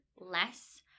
less